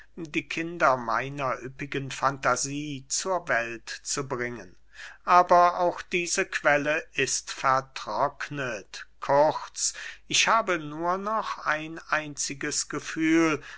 die kinder meiner üppigen fantasie zur welt zu bringen aber auch diese quelle ist vertrocknet kurz ich habe nur noch ein einziges gefühl